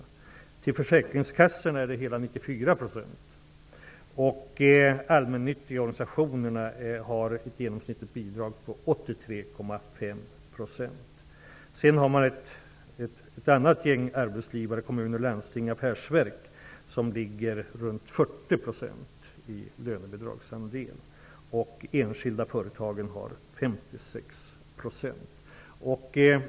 Till försäkringskassorna är lönebidraget hela 94 %, och till de allmännyttiga organisationerna är det genomsnittliga bidraget 83,5 %. För en annan grupp arbetsgivare, nämligen kommuner, landsting och affärsverk ligger lönebidragsandelen kring 40 %, och för de enskilda företagen på 56 %.